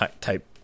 type